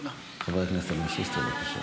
חבר הכנסת אלון שוסטר, בבקשה.